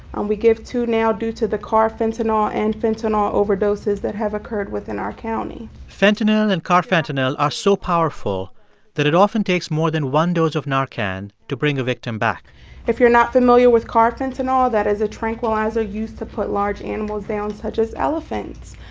and we give two now due to the carfentanil and fentanyl overdoses that have occurred within our county fentanyl and carfentanil are so powerful that it often takes more than one dose of narcan to bring a victim back if you're not familiar with carfentanil, that is a tranquilizer used to put large animals down, such as elephants.